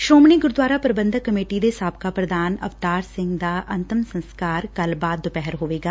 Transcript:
Shiromani Gurdwara Prabandhak committee ਦੇ ਸਾਬਕਾ ਪ੍ਰਧਾਨ ਅਵਤਾਰ ਸਿੰਘ ਦਾ ਅੰਤਮ ਸੰਸਕਾਰ ਕੱਲ੍ ਬਾਅਦ ਦੁਪਹਿਰ ਹੋਵੇਗਾ